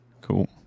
Cool